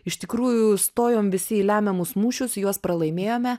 iš tikrųjų stojom visi į lemiamus mūšius juos pralaimėjome